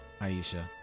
Aisha